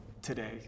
today